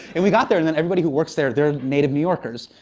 and we got there and and everybody who works there, they're native new yorkers.